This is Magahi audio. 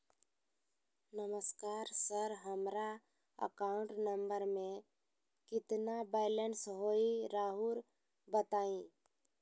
नमस्कार सर हमरा अकाउंट नंबर में कितना बैलेंस हेई राहुर बताई?